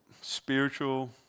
spiritual